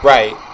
Right